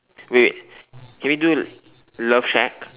wait wait can we do love shack